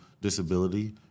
disability